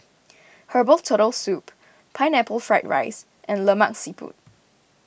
Herbal Turtle Soup Pineapple Fried Rice and Lemak Siput